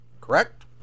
correct